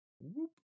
whoop